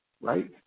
right